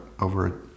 over